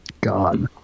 God